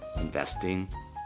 investing